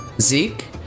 Zeke